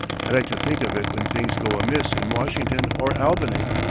i like to think of it when things go amiss in washington or albany.